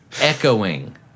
Echoing